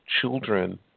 children